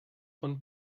von